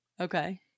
Okay